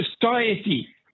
society